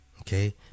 okay